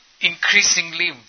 increasingly